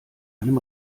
einem